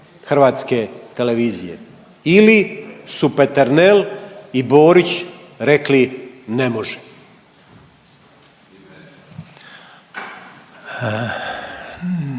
hrvatske televizije ili su Peternel i Borić rekli ne može.